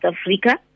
Africa